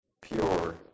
pure